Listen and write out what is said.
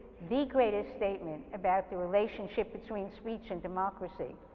the greatest statement about the relationship between speech and democracy,